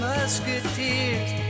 Musketeers